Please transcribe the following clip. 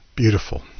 Beautiful